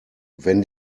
wenn